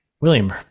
William